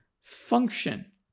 function